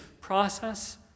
process